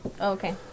Okay